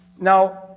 Now